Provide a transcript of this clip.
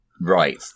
Right